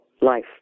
life